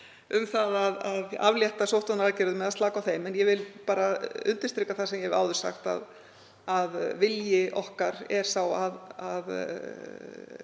um að aflétta sóttvarnaaðgerðum eða slaka á þeim. Ég vil bara undirstrika það sem ég hef áður sagt að vilji okkar er sá að